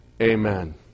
Amen